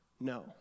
No